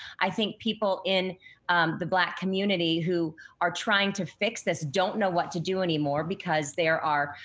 i think people in the black community who are trying to fix this don't know what to do anymore because there are,